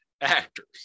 actors